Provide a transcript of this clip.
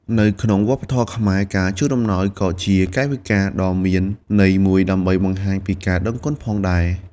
នៅក្នុងវប្បធម៌ខ្មែរ ការជូនអំណោយក៏ជាកាយវិការដ៏មានន័យមួយដើម្បីបង្ហាញពីការដឹងគុណផងដែរ។